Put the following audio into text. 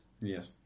Yes